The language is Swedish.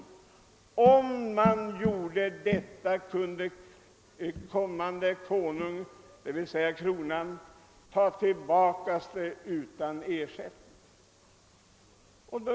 Om så skedde, ägde kommande Konung, d.v.s. Kronan, ta tillbaka det utan ersättning.